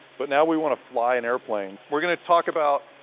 but now we want to fly an airplane. we're going to talk about